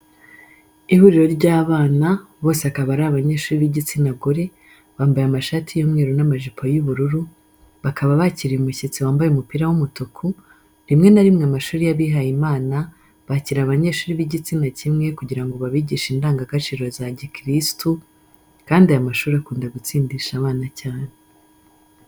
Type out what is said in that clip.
Ihuriro ry'abana bose akaba ari abanyeshuri b'igitsina gore, bambaye amashati y'umweru n'amajipo y'ubururu, bakaba bakiriye umushyitsi wambaye umupira w'umutuku, rimwe na rimwe amashuri y'abihaye imana bakira abanyeshuri b'igitsina kimwe kugira ngo babigishe indangagaciro za gikristu, kandi aya mashuri akunda gutsindisha abana cyane.